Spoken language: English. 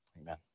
Amen